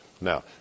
Now